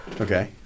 Okay